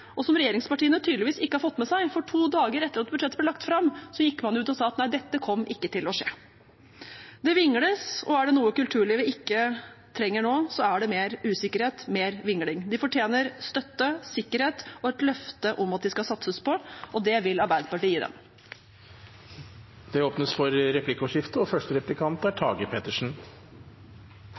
og som regjeringspartiene tydeligvis ikke har fått med seg, for to dager etter at budsjettet ble lagt fram, gikk man ut og sa at nei, dette kom ikke til å skje. Det vingles, og er det noe kulturlivet ikke trenger nå, er det mer usikkerhet, mer vingling. De fortjener støtte, sikkerhet og et løfte om at de skal satses på. Det vil Arbeiderpartiet gi dem. Det blir replikkordskifte. Koronaen har preget året og